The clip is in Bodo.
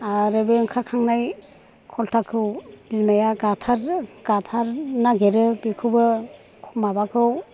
आरो बे ओंखारखांनाय खलथाखौ बिमाया गाथारनो नागिरो बेखौबो माबाखौ